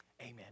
Amen